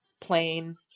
plain